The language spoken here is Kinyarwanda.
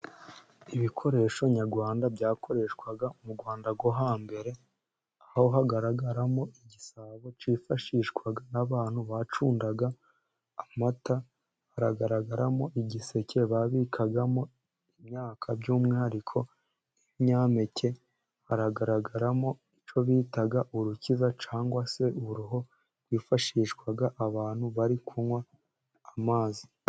Ibikoresho nyarwanda byakoreshwaga mu Rwanda rwo hambere aho hagaragaramo igisabo cyifashishwaga n'abantu bacundaga amata, hagaragaramo igiseke babikagamo imyaka by'umwihariko ibinyampeke, hagaragaramo icyo bitaga urukiza cyangwa se uruho rwifashishwaga abantu bari kunywa amazi.